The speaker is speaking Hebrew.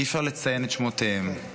אי-אפשר לציין את שמותיהם,